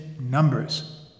numbers